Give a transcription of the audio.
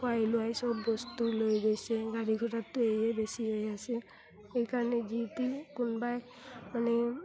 খুৱাই লোৱাই চব বস্তু লৈ গৈছে গাড়ীবোৰতটো এয়ে বেছি হৈ আছে সেইকাৰণে যি টি কোনোবাই মানে